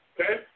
Okay